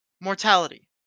Mortality